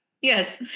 Yes